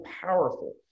powerful